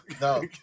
no